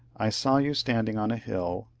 i saw you standing on a hill,